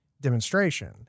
demonstration